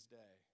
day